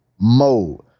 mode